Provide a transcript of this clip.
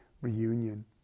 reunion